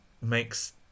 makes